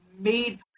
made